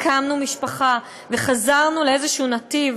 הקמנו משפחה וחזרנו לאיזשהו נתיב,